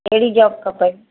कहिड़ी जॉब खपेई